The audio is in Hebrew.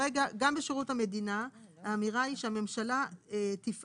כרגע, גם בשירות המדינה, האמירה היא שהממשלה תפעל